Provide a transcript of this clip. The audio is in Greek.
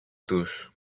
τους